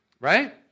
right